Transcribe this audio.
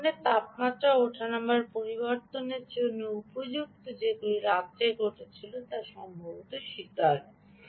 এই ধরণের তাপমাত্রার ওঠানামার পরিবর্তনের জন্য উপযুক্ত যেগুলি রাত্রে ঘটেছিল সম্ভবত শীতল